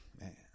Man